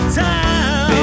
town